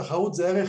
תחרות זה ערך